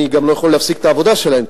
אני גם לא יכול להפסיק את העבודה שלהם,